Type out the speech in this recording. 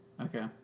okay